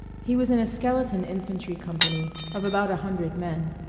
he was in a skeleton infantry company of about a hundred men.